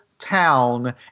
town